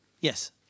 Yes